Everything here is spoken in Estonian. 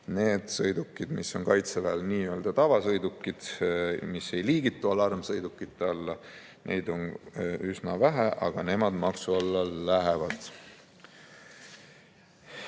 Neid sõidukeid, mis on Kaitseväel nii-öelda tavasõidukid, mis ei liigitu alarmsõidukite alla, on üsna vähe, aga nemad maksu alla lähevad.